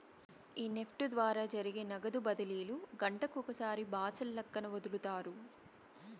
ఈ నెఫ్ట్ ద్వారా జరిగే నగదు బదిలీలు గంటకొకసారి బాచల్లక్కన ఒదులుతారు